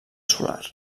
solar